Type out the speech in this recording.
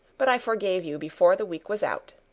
but i forgave you before the week was out.